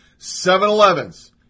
7-Elevens